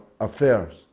affairs